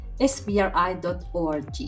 svri.org